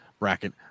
Bracket